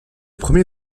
premier